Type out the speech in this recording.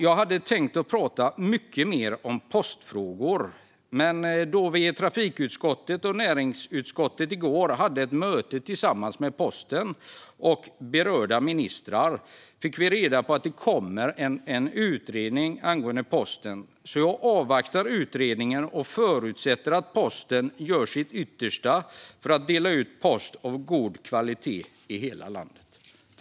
Jag hade tänkt prata mycket mer om postfrågor, men när vi i trafikutskottet och näringsutskottet i går hade ett möte med ledningen för Postnord och berörda ministrar fick vi reda på att det kommer en utredning angående posten. Jag inväntar utredningen och förutsätter att man gör sitt yttersta för att postutdelningen ska ha god kvalitet i hela landet.